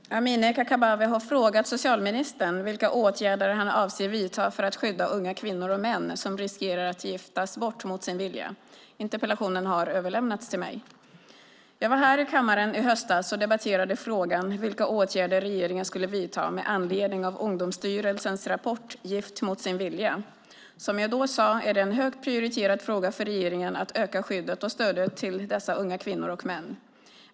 Herr talman! Amineh Kakabaveh har frågat socialministern vilka åtgärder han avser att vidta för att skydda unga kvinnor och män som riskerar att giftas bort mot sin vilja. Interpellationen har överlämnats till mig. Jag var här i kammaren i höstas och debatterade frågan om vilka åtgärder regeringen skulle vidta med anledning av Ungdomsstyrelsens rapport Gift mot sin vilja. Som jag då sade är det en högt prioriterad fråga för regeringen att öka skyddet och stödet till dessa unga kvinnor och män.